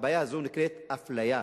והבעיה הזאת נקראת אפליה,